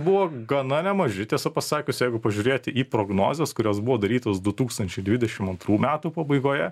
buvo gana nemaži tiesą pasakius jeigu pažiūrėti į prognozes kurios buvo darytos du tūkstančiai dvidešim antrų metų pabaigoje